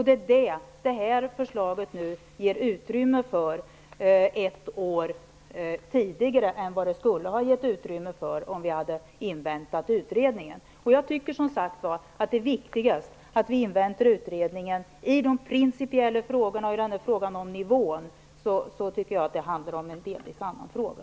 Det är det som detta förslag nu ger utrymme för ett år tidigare än om vi hade inväntat utredningen. Jag tycker som sagt att det är viktigast att vi inväntar utredningen i de principiella frågorna. Jag tycker att frågan om nivån delvis är en annan fråga.